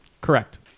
Correct